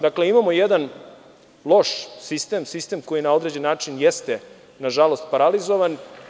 Dakle, imamo jedan loš sistem, sistem koji na određen način jeste, nažalost paralizovan.